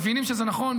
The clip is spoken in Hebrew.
מבינים שזה נכון,